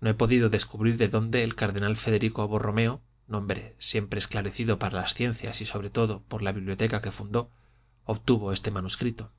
no he podido descubrir de dónde el cardenal federico borromeo nombre siempre esclarecido para las ciencias y sobre todo por la biblioteca que fundó obtuvo este manuscrito